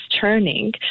turning